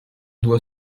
doit